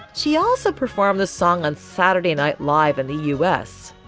she also performed the song on saturday night live in the u s.